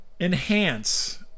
enhance